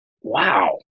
wow